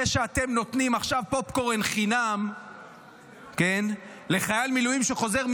זה שאתם נותנים עכשיו פופקורן חינם לסרט לחייל מילואים שחוזר,